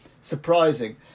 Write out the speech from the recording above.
surprising